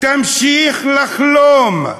תמשיך לחלום,